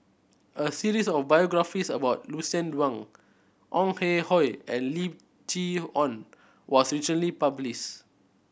a series of biographies about Lucien Wang Ong Ah Hoi and Lim Chee Onn was recently publish